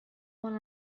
one